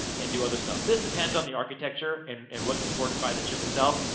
and do other stuff. this depends on the architecture, and and what's supported by the chip itself.